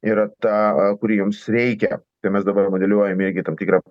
yra ta kuri jiems reikia tai mes dabar modeliuojam irgi tam tikrą